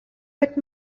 pat